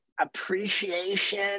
appreciation